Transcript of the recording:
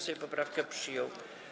Sejm poprawkę przyjął.